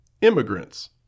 immigrants